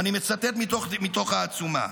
ואני מצטט מתוך העצומה: